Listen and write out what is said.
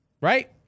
Right